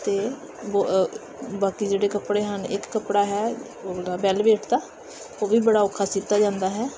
ਅਤੇ ਬਾਕੀ ਜਿਹੜੇ ਕੱਪੜੇ ਹਨ ਇੱਕ ਕੱਪੜਾ ਹੈ ਉਹਦਾ ਬੈਲਵੇਟ ਦਾ ਉਹ ਵੀ ਬੜਾ ਔਖਾ ਸੀਤਾ ਜਾਂਦਾ ਹੈ